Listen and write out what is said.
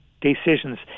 decisions